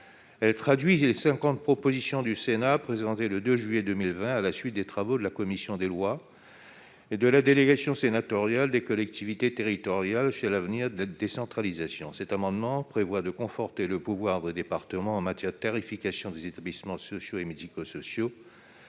qui traduit les cinquante propositions du Sénat présentées le 2 juillet 2020 à la suite des travaux de la commission des lois et de la délégation sénatoriale aux collectivités territoriales et à la décentralisation sur l'avenir de la décentralisation. Cet amendement vise à conforter le pouvoir des départements en matière de tarification des établissements sociaux et médico-sociaux,